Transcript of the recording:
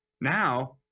now